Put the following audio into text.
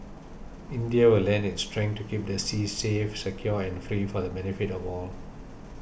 India will lend its strength to keep the seas safe secure and free for the benefit of all